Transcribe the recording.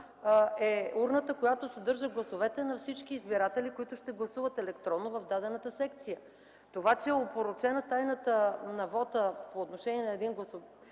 е урната, която съдържа гласовете на всички избиратели, които ще гласуват електронно в дадената секция! Това, че е опорочена тайната на вота по отношение на един гласоподавател,